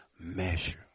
measure